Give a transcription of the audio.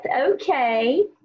okay